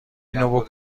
اینو